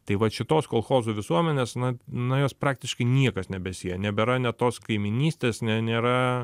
tai vat šitos kolchozo visuomenės na na jos praktiškai niekas nebesieja nebėra net tos kaimynystės nė nėra